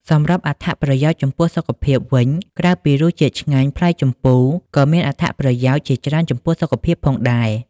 សម្រាប់អត្ថប្រយោជន៍ចំពោះសុខភាពវិញ ក្រៅពីរសជាតិឆ្ងាញ់ ផ្លែជម្ពូក៏មានអត្ថប្រយោជន៍ជាច្រើនចំពោះសុខភាពផងដែរ។